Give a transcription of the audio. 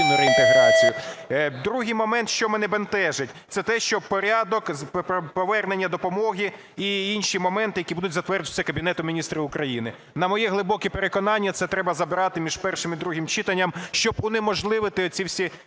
Другий момент, що мене бентежить, це те, що порядок повернення допомоги і інші моменти, які будуть затверджуватись Кабінетом Міністрів України. На моє глибоке переконання, це треба забрати між першим і другим читанням, щоб унеможливити оці всі